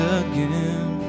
again